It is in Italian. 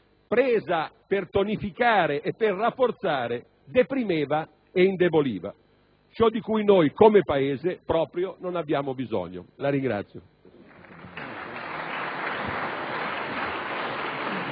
presa per tonificare e rafforzare, deprimeva e indeboliva. Ciò di cui noi, come Paese, proprio non abbiamo bisogno. *(Applausi